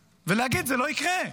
ולהגיד: זה לא יקרה.